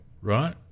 right